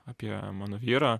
apie mano vyrą